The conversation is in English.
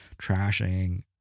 trashing